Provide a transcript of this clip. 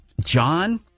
John